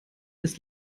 ist